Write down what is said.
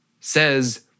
says